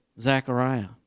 Zechariah